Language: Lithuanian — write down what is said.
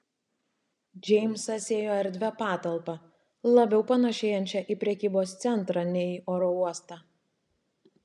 džeimsas ėjo erdvia patalpa labiau panėšėjančia į prekybos centrą nei į oro uostą